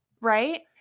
right